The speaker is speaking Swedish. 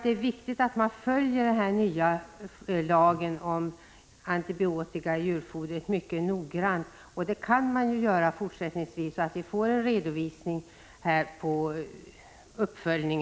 Det är viktigt att man följer tillämpningen av den nya lagen om antibiotika i djurfoder mycket noga, och det vore bra om vi kunde få en redovisning av en sådan uppföljning.